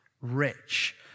rich